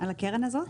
על הקרן הזאת?